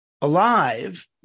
alive